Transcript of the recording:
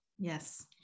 Yes